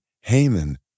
Haman